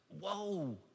Whoa